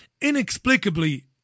inexplicably